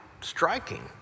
striking